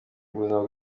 buzima